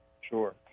Sure